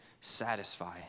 satisfy